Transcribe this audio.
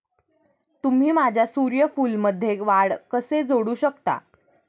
तुम्ही माझ्या सूर्यफूलमध्ये वाढ कसे जोडू शकता?